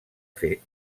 fer